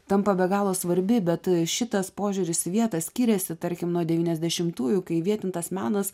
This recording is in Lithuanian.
tampa be galo svarbi bet i šitas požiūris į vietą skiriasi tarkim nuo devyniasdešimtųjų kai įvietintas menas